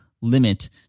limit